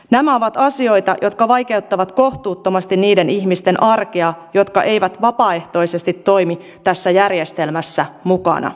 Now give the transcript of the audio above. nämä ovat asioita jotka vaikeuttavat kohtuuttomasti niiden ihmisten arkea jotka eivät vapaaehtoisesti toimi tässä järjestelmässä mukana